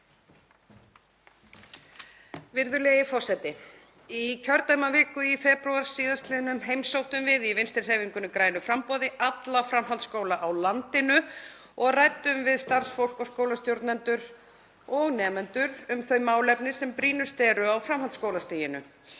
Virðulegi forseti. Í kjördæmaviku í febrúar síðastliðnum heimsóttum við í Vinstrihreyfingunni – grænu framboði alla framhaldsskóla á landinu og ræddum við starfsfólk, skólastjórnendur og nemendur um þau málefni sem brýnust eru á framhaldsskólastiginu.